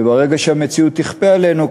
וברגע שהמציאות תכפה עלינו,